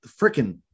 freaking